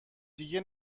دیگه